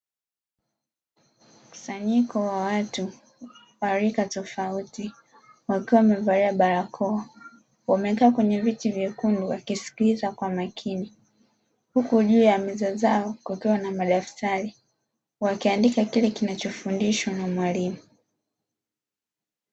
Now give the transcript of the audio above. Mkusanyiko wa watu wa rika tofauti wakiwa wamevalia barakoa, wamekaa kwenye viti vyekundu wakisikiliza kwa makini, huku juu ya meza zao kukiwa na madaftari wakiandika kile kinachofundishwa na mwalimu.